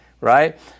right